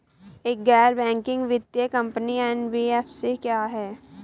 एक गैर बैंकिंग वित्तीय कंपनी एन.बी.एफ.सी क्या है?